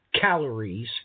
calories